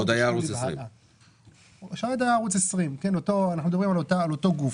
זה עוד היה ערוץ 20. כשעוד היה ערוץ 20. אנחנו מדברים על אותו גוף.